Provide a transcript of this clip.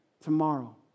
tomorrow